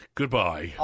goodbye